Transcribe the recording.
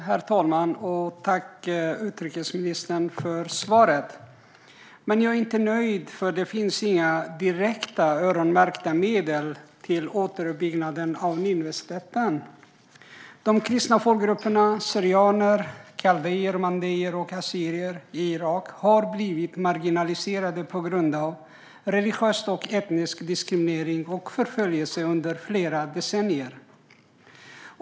Herr talman! Tack, utrikesministern, för svaret! Jag är dock inte nöjd, för det finns inga direkta öronmärkta medel till återuppbyggnaden av Nineveslätten. De kristna folkgrupperna syrianer, kaldéer, mandéer och assyrier i Irak har blivit marginaliserade på grund av religiös och etnisk diskriminering och förföljelse under flera decennier.